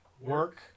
work